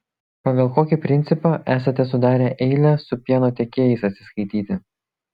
pagal kokį principą esate sudarę eilę su pieno tiekėjais atsiskaityti